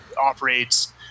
operates –